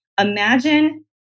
imagine